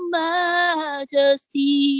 majesty